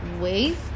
waste